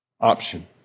option